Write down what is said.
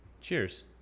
Cheers